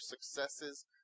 successes